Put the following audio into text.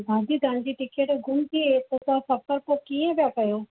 दादी तव्हांजी टिकट गुम थी वई त तव्हां सफर पोइ कीअं पिया कयो